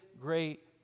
great